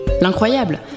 L'incroyable